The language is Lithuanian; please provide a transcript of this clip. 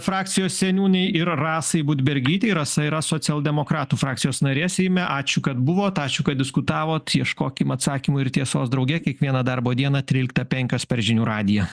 frakcijos seniūnei ir rasai budbergytei rasa yra socialdemokratų frakcijos narė seime ačiū kad buvot ačiū kad diskutavot ieškokim atsakymų ir tiesos drauge kiekvieną darbo dieną tryliktą penkios per žinių radiją